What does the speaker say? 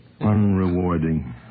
Unrewarding